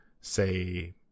say